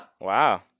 Wow